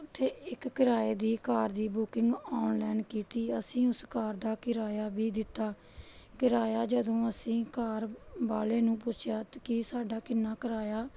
ਉੱਥੇ ਇੱਕ ਕਿਰਾਏ ਦੀ ਕਾਰ ਦੀ ਬੁਕਿੰਗ ਔਨਲਾਈਨ ਕੀਤੀ ਅਸੀਂ ਉਸ ਕਾਰ ਦਾ ਕਿਰਾਇਆ ਵੀ ਦਿੱਤਾ ਕਿਰਾਇਆ ਜਦੋਂ ਅਸੀਂ ਕਾਰ ਵਾਲੇ ਨੂੰ ਪੁੱਛਿਆ ਕਿ ਸਾਡਾ ਕਿੰਨਾ ਕਰਾਇਆ